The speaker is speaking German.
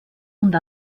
und